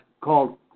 called